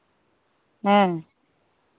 ᱦᱮᱸ